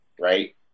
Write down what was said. right